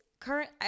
current